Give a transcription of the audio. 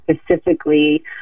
specifically